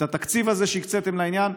את התקציב הזה שהקציתם לעניין,